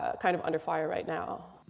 ah kind of under fire right now.